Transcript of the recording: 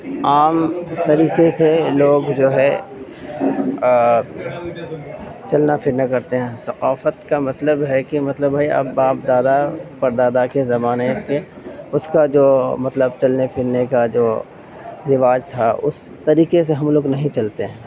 عام طریقے سے لوگ جو ہے چلنا پھرنا کرتے ہیں ثقافت کا مطلب ہے کہ مطلب میں اب باپ دادا پردادا کے زمانے کے اس کا جو مطلب چلنے پھرنے کا جو رواج تھا اس طریقے سے ہم لوگ نہیں چلتے ہیں